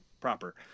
proper